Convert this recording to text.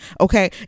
okay